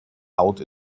out